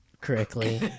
correctly